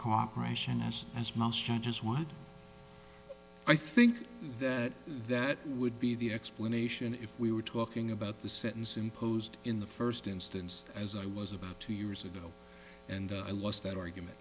cooperation as as most judges would i think that that would be the explanation if we were talking about the sentence imposed in the first instance as i was about two years ago and i lost that argument